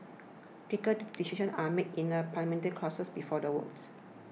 critical decisions are made in a Parliamentary caucus before the votes